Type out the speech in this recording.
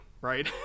right